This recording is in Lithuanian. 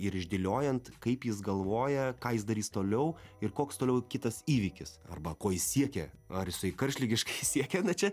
ir išdėliojant kaip jis galvoja ką jis darys toliau ir koks toliau kitas įvykis arba ko jis siekia ar jisai karštligiškai siekia čia